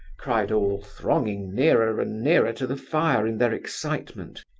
cried all, thronging nearer and nearer to the fire in their excitement.